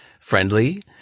friendly